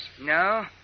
No